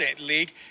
league